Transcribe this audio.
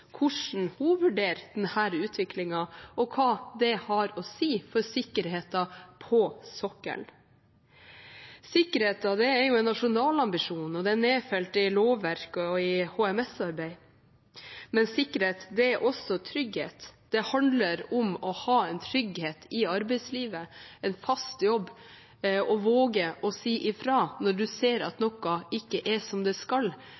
hvordan hun vurderer den utviklingen og hva det har å si for sikkerheten på sokkelen. Sikkerheten er en nasjonal ambisjon. Den er nedfelt i lovverk og i HMS-arbeid. Men sikkerhet er også trygghet. Det handler om å ha en trygghet i arbeidslivet, en fast jobb og å våge å si ifra når en ser at noe ikke er som det skal,